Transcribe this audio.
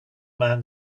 man